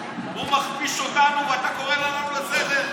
לעבור ולטנף כל כך הרבה.